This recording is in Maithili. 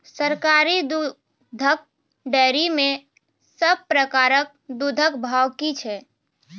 सरकारी दुग्धक डेयरी मे सब प्रकारक दूधक भाव की छै?